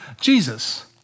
Jesus